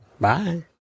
Bye